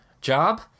Job